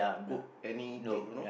cook any cake don't know